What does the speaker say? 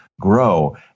grow